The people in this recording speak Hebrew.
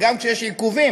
הגם כשיש עיכובים,